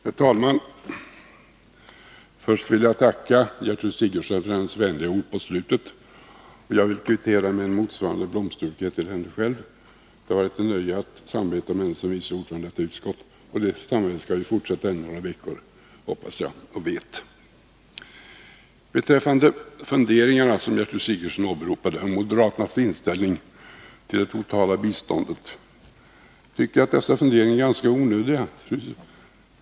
Herr talman! Jag vill börja med att tacka Gertrud Sigurdsen för hennes vänliga ord i slutet av anförandet. Jag vill kvittera med motsvarande blomsterbukett till henne. Det har varit ett nöje att samarbeta med henne som vice ordförande i detta utskott, och det samarbetet skall vi fortsätta ännu några veckor. De funderingar kring det totala biståndet som Gertrud Sigurdsen åberopade tycker jag är ganska onödiga.